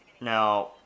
now